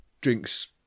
drinks